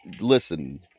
Listen